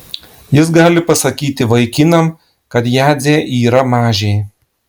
jis gali pasakyti vaikinam kad jadzė yra mažė